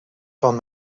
van